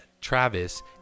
Travis